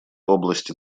области